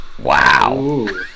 Wow